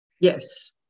Yes